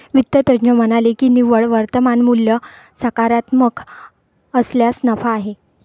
वित्त तज्ज्ञ म्हणाले की निव्वळ वर्तमान मूल्य सकारात्मक असल्यास नफा आहे